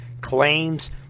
claims